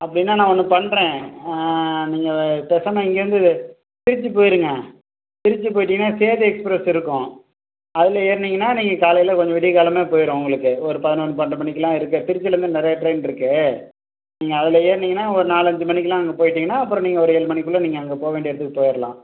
அப்படின்னா நான் ஒன்று பண்ணுறேன் நீங்கள் பேசாமல் இங்கேயிருந்து திருச்சி போய்ருங்க திருச்சி போய்ட்டீங்கன்னா சேது எக்ஸ்பிரஸ் இருக்கும் அதில் ஏறுனீங்கன்னா நீங்கள் காலையில் கொஞ்சம் விடிய காலமே போய்விடும் உங்களுக்கு ஒரு பதினோரு பன்னெண்டு மணிக்கெல்லாம் இருக்குது திருச்சியிலேருந்து நிறையா ட்ரெயின் இருக்குது நீங்கள் அதில் ஏறுனீங்கன்னா ஒரு நாலு அஞ்சு மணிக்கெல்லாம் அங்கே போய்ட்டீங்கன்னா அப்புறம் நீங்கள் ஒரு ஏழு மணிக்குள்ளே நீங்கள் அங்கே போக வேண்டிய இடத்துக்குப் போயிடலாம்